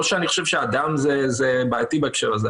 לא שאני חושב שהאדם בעייתי בהקשר הזה.